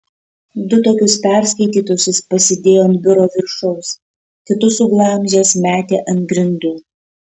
du tokius perskaitytus jis pasidėjo ant biuro viršaus kitus suglamžęs metė ant grindų